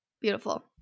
Beautiful